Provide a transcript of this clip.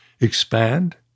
expand